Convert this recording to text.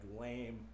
lame